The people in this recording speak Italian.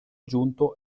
giunto